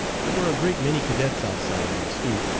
there were a great many cadets outside on the stoop,